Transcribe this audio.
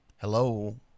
Hello